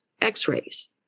x-rays